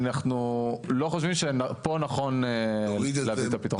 אנחנו לא חושבים שפה נכון להביא את הפתרון.